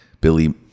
Billy